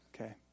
Okay